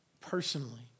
personally